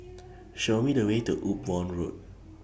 Show Me The Way to Upavon Road